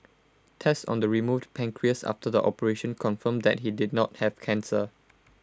tests on the removed pancreas after the operation confirmed that he did not have cancer